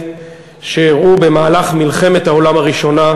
שאירעו במהלך מלחמת העולם הראשונה,